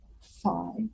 five